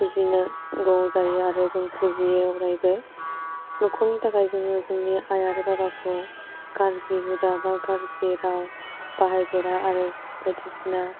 फुजिनो नांगौ जायो आरो जों फुजियो अरायबो न'खरनि थाखाय जोङो जोंनि आइ आरो बाबाखौ गाज्रि हुदा बा गाज्रि राव बाहायफेरा आरो बायदिसिना